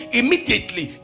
immediately